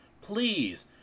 Please